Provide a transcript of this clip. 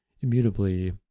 immutably